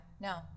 No